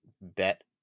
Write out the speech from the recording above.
bet